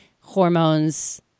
hormones